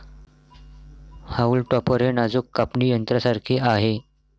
haulm topper हे नाजूक कापणी यंत्रासारखे आहे